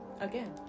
Again